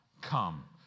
come